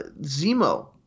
Zemo